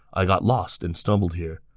i got lost and stumbled here.